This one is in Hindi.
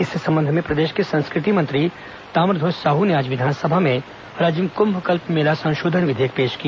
इस संबंध में प्रदेश के संस्कृति मंत्री ताम्रध्वज साहू ने आज विधानसभा में राजिम कुंभ कल्प मेला संशोधन विधेयक पेश किया